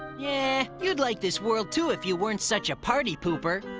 yeah, you'd like this world, too, if you weren't such a party-pooper.